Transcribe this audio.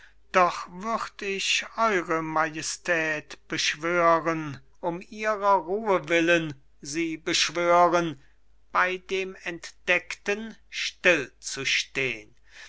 würd ich eure majestät beschwören um ihrer ruhe willen sie beschwören bei dem entdeckten stillzustehn